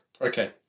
okay